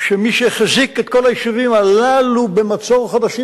שמי שהחזיק את כל היישובים הללו במצור חודשים